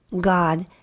God